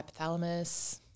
hypothalamus